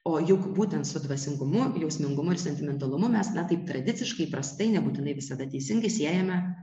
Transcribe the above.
o juk būtent su dvasingumu jausmingumu ir sentimentalumu mes na taip tradiciškai įprastai nebūtinai visada teisingai siejame